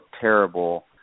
terrible